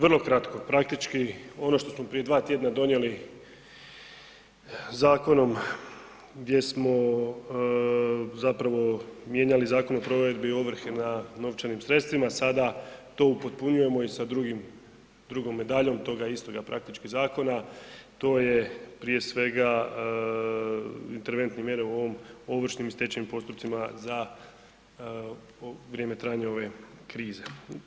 Vrlo kratko, praktički, ono što smo prije 2 tjedna donijeli zakonom gdje smo zapravo mijenjali Zakon o provedbi ovrhe na novčanim sredstvima, sada to upotpunjujemo i sa drugom medaljom tog istoga praktički zakona, to je prije svega, interventne mjere u ovom ovršnim i stečajnim postupcima za vrijeme trajanja ove krize.